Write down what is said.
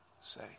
say